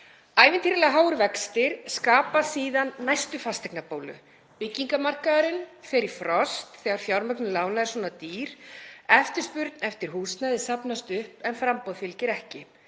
Ævintýralega háir vextir skapa síðan næstu fasteignabólu. Byggingamarkaðurinn fer í frost þegar fjármögnun lána er svona dýr. Eftirspurn eftir húsnæði safnast upp en framboð fylgir ekki.